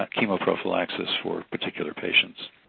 chemoprophylaxis for particular patients.